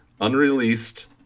unreleased